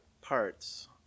parts